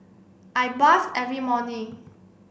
I bath every morning